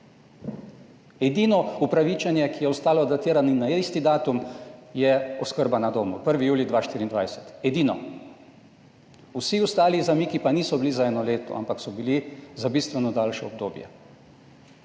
Edino upravičenje, ki je ostalo datirano na isti datum je oskrba na domu 1. julij 2024, edino vsi ostali zamiki pa niso bili za eno leto, ampak so bili za bistveno daljše obdobje.